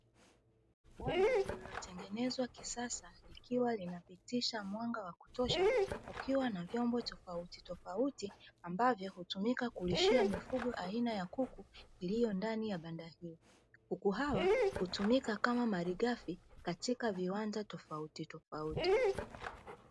Banda lililo tengenezwa kisasa, likiwa lina pitisha mwanga wa kutosha kukiwa na vyombo tofauti tofauti, ambavyo hutumika kulishia mifugo aina ya kuku. Iliyo ndani ya banda hilo, kuku hawa hutumika kama malighafi katika viwanda tofauti tofauti.